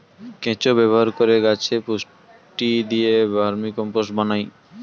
কেঁচো ব্যবহার করে গাছে পুষ্টি দিয়ে ভার্মিকম্পোস্ট বানায়